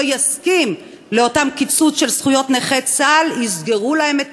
יסכים לאותו קיצוץ של זכויות נכי צה"ל יסגרו להם את